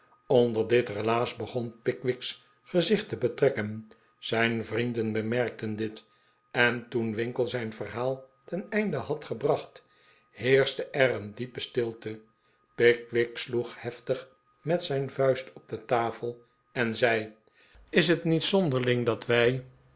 onder dit relaas begon pickwick's gezicht te betrekken zijn vrienden bemerkten dit en toen winkle zijn verhaal ten einde had gebracht heerschte er een diepe stilte pickwick sloeg heftig met zijn vuist op de tafel en zei is het niet zonderling dat wij